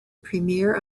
premier